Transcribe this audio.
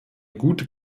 gute